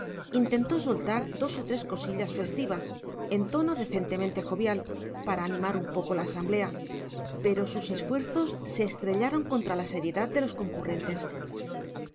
intentó soltar dos o tres cosillas festivas en tono decentemente jovial para animar un poco la asamblea pero sus esfuerzos se estrellaron contra la seriedad de los concurrentes